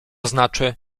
znaczy